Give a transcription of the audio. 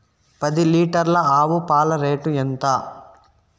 పది లీటర్ల ఆవు పాల రేటు ఎంత?